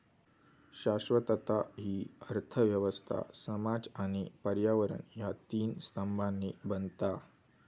शाश्वतता हि अर्थ व्यवस्था, समाज आणि पर्यावरण ह्या तीन स्तंभांनी बनता